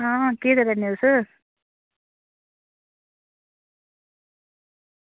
हां केह् करै ने तुस